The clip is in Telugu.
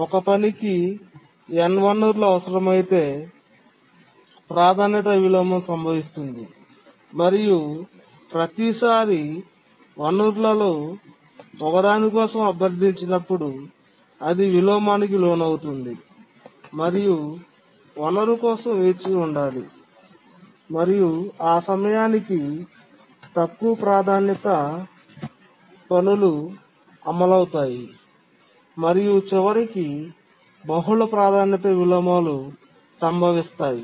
ఒక పనికి n వనరులు అవసరమైతే ప్రాధాన్యత విలోమం సంభవిస్తుంది మరియు ప్రతిసారీ వనరులలో ఒకదాని కోసం అభ్యర్థించినప్పుడు అది విలోమానికి లోనవుతుంది మరియు వనరు కోసం వేచి ఉండాలి మరియు ఆ సమయానికి తక్కువ ప్రాధాన్యత పనులు అమలు అవుతాయి మరియు చివరికి బహుళ ప్రాధాన్యత విలోమాలు సంభవిస్తాయి